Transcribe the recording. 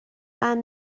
بند